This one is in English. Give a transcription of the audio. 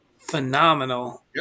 phenomenal